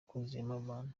abantu